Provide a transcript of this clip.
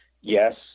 yes